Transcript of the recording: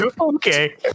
Okay